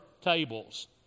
tables